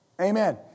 Amen